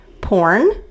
porn